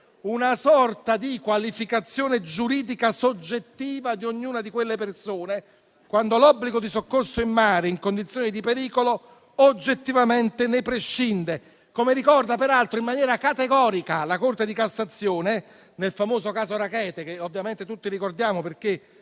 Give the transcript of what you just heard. una sorta di qualificazione giuridica soggettiva di ognuna di quelle persone, quando l'obbligo di soccorso in mare in condizioni di pericolo oggettivamente ne prescinde, come ricorda peraltro in maniera categorica la Corte di cassazione nel famoso caso Rackete - che ovviamente tutti ricordiamo, perché